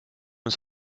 ist